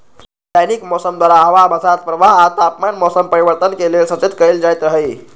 दैनिक मौसम द्वारा हवा बसात प्रवाह आ तापमान मौसम परिवर्तन के लेल सचेत कएल जाइत हइ